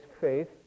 faith